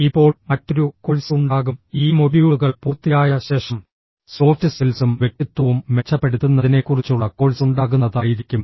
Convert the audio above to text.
ഇപ്പോൾ മറ്റൊരു കോഴ്സ് ഉണ്ടാകും ഈ മൊഡ്യൂളുകൾ പൂർത്തിയായ ശേഷം സോഫ്റ്റ് സ്കിൽസും വ്യക്തിത്വവും മെച്ചപ്പെടുത്തുന്നതിനെക്കുറിച്ചുള്ള കോഴ്സ് ഉണ്ടാകുന്നതായിരിക്കും